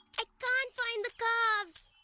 i can't find the calves!